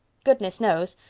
goodness knows.